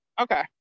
okay